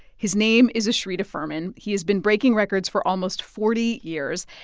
his name is ashrita furman. he has been breaking records for almost forty years.